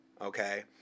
Okay